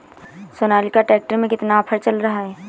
Sonalika tractor में कितना offer चल रहा है?